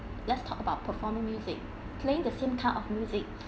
let's talk about performing music playing the same type of music